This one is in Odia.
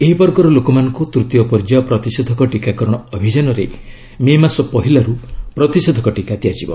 ଏହି ବର୍ଗର ଲୋକମାନଙ୍କୁ ତୃତୀୟ ପର୍ଯ୍ୟାୟ ପ୍ରତିଷେଧକ ଟିକାକରଣ ଅଭିଯାନରେ ମେ ମାସ ପହିଲାରୁ ପ୍ରତିଷେଧକ ଟିକା ଦିଆଯିବ